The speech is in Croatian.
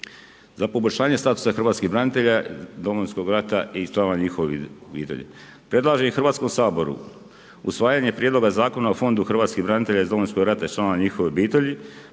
za poboljšanje statusa hrvatskih branitelja Domovinskog rata i članova njihovih obitelji. Predlažem Hrvatskom saboru usvajanje Prijedloga zakona o Fondu hrvatskih branitelja iz Domovinskog rata i članova njihovih obitelji,